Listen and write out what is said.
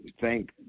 thank